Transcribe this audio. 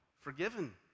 forgiven